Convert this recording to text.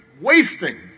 wasting